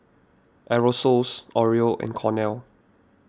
Aerosoles Oreo and Cornell